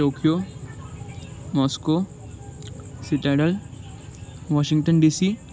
Tokyo Moscow citadel Washington DC